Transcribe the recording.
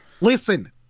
Listen